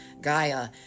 Gaia